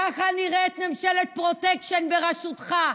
ככה נראית ממשלת פרוטקשן בראשותך.